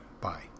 Bye